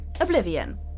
Oblivion